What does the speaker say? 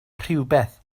rhywbeth